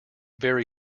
very